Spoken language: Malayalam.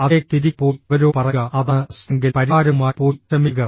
അതിലേക്ക് തിരികെ പോയി അവരോട് പറയുക അതാണ് പ്രശ്നമെങ്കിൽ പരിഹാരവുമായി പോയി ശ്രമിക്കുക